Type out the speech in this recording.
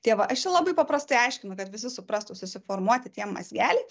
tie va aš čia labai paprastai aiškinu kad visi suprastų susiformuoti tie mazgeliai